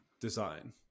design